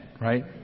right